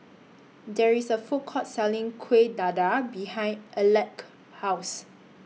There IS A Food Court Selling Kuih Dadar behind Aleck's House